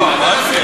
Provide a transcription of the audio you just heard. בואי נעשה,